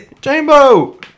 Jambo